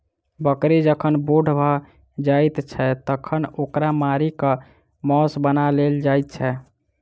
बकरी जखन बूढ़ भ जाइत छै तखन ओकरा मारि क मौस बना लेल जाइत छै